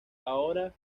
ahora